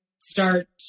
start